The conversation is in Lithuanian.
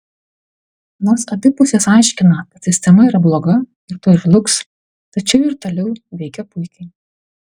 nors abi pusės aiškina kad sistema yra bloga ir tuoj žlugs tačiau ji ir toliau veikia puikiai